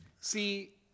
See